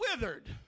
withered